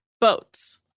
boats